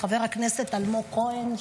חבר הכנסת אלמוג כהן,